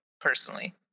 personally